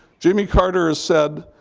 jimmy carter has said,